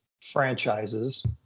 franchises